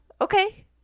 okay